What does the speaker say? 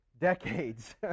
decades